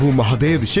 mahadev